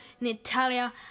Natalia